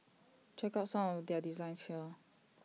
check out some of their designs here